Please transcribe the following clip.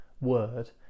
word